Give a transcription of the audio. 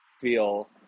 feel